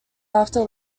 after